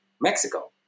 Mexico